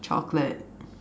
chocolate